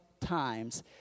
times